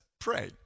pray